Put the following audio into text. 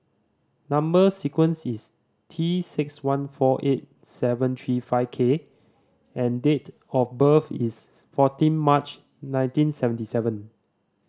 number sequence is T six one four eight seven three five K and date of birth is fourteen March nineteen seventy seven